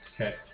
Okay